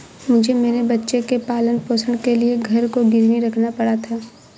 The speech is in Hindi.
मुझे मेरे बच्चे के पालन पोषण के लिए घर को गिरवी रखना पड़ा था